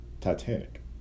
Titanic